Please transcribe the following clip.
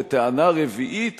וטענה רביעית